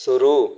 शुरू